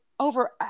over